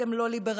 אתם לא ליברלים.